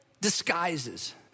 disguises